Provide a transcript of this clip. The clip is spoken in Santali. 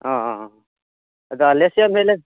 ᱚ ᱟᱫᱚ ᱟᱞᱮᱥᱮᱜ ᱮᱢ ᱦᱮᱜᱞᱮᱱ